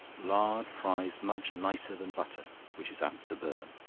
lard fries much nicer than butter, which is apt to burn.